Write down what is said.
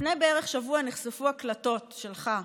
לפני בערך שבוע נחשפו הקלטות שלך,